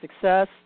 success